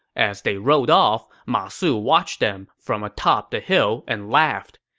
as they rode off, ma su watched them from atop the hill and laughed,